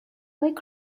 like